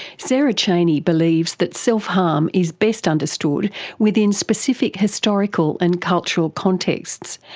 sarah chaney believes that self-harm is best understood within specific historical and cultural contexts,